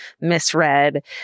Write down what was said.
misread